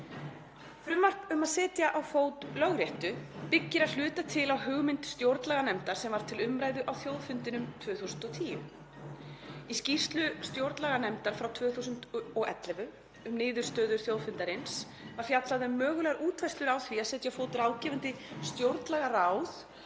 Frumvarp um að setja á fót Lögréttu byggist að hluta til á hugmynd stjórnlaganefndar sem var til umræðu á þjóðfundinum 2010. Í skýrslu stjórnlaganefndar frá 2011 um niðurstöður þjóðfundarins var fjallað um mögulegar útfærslur á því að setja á fót ráðgefandi stjórnlagaráð